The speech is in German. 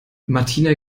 martina